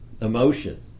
emotion